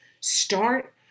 Start